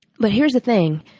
but here's the thing.